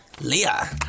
Leah